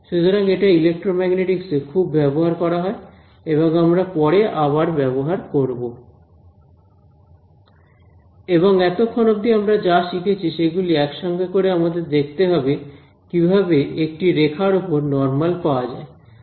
সুতরাং এটা ইলেক্ট্রোম্যাগনেটিকস এ খুব ব্যবহার করা হয় এবং আমরা পরে আবার ব্যবহার করব এবং এতক্ষণ অব্দি আমরা যা শিখেছি সেগুলি একসঙ্গে করে আমাদের দেখতে হবে কিভাবে একটি রেখার উপর নরমাল পাওয়া যায়